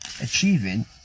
achieving